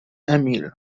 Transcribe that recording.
emil